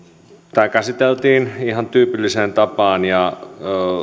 tämä käsiteltiin ihan tyypilliseen tapaan